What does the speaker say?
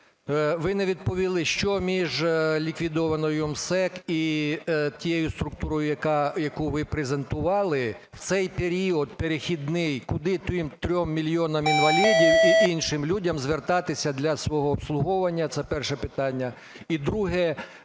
Ви не відповіли, що між ліквідованою МСЕК і тією структурою, яку ви презентували, в цей період перехідний куди 3 мільйонам інвалідів і іншим людям звертатися для свого обслуговування? Це перше питання. І друге.